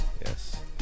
Yes